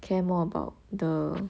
care more about the